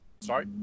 Sorry